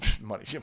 money